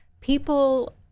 people